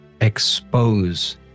expose